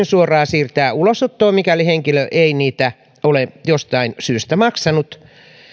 suoraan siirtää ulosottoon mikäli henkilö ei niitä ole jostain syystä maksanut